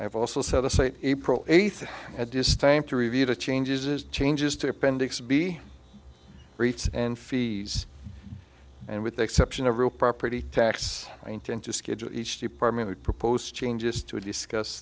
have also set aside april eighth at this time to review the changes changes to appendix b rates and fees and with the exception of real property tax i intend to schedule each department would propose changes to discuss